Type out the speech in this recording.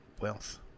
wealth